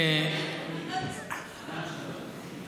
אתה החזרת אותי.